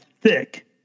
thick